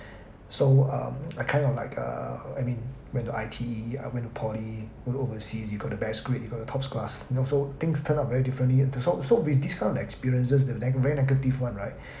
so um I kind of like uh I mean went to I_T_E I went to poly go overseas you got the best grade you got the tops class and also things turns up very differently so so with these kind of experiences the very negative one right